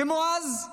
כמו אז,